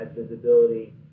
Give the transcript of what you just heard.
visibility